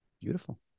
Beautiful